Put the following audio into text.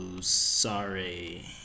sorry